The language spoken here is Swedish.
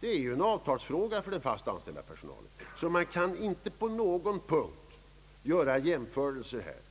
Det är ju en avtalsfråga för den fast anställda personalen. Man kan alltså inte på någon punkt göra en jämförelse här.